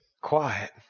Quiet